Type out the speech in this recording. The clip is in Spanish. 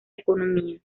economía